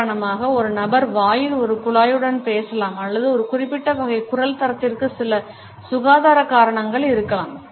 உதாரணமாக ஒரு நபர் வாயில் ஒரு குழாயுடன் பேசலாம் அல்லது ஒரு குறிப்பிட்ட வகை குரல் தரத்திற்கு சில சுகாதார காரணங்கள் இருக்கலாம்